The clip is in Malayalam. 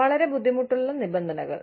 വളരെ ബുദ്ധിമുട്ടുള്ള നിബന്ധനകൾ